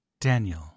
Daniel